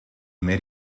met